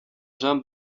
jean